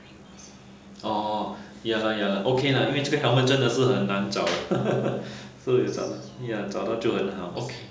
orh ya lah ya lah okay lah 因为这个 helmet 真的是很难找 so if 找找到就很好